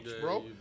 bro